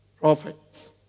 prophets